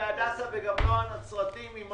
רואה חשבון ליאור ברק, בבקשה.